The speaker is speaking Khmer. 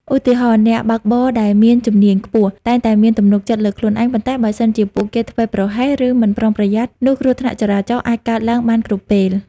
ឧទាហរណ៍ អ្នកបើកបរដែលមានជំនាញខ្ពស់ តែងតែមានទំនុកចិត្តលើខ្លួនឯង ប៉ុន្តែបើសិនជាពួកគេធ្វេសប្រហែស ឬមិនប្រុងប្រយ័ត្ន នោះគ្រោះថ្នាក់ចរាចរណ៍អាចកើតឡើងបានគ្រប់ពេល។